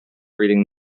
reading